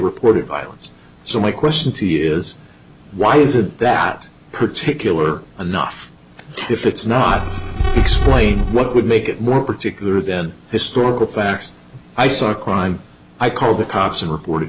reported violence so my question to you is why is it that particular enough if it's not explain what would make it more particular than historical facts i saw a crime i call the cops and report